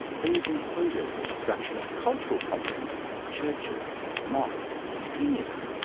these included the destruction of cultural property churches, mosques, museums,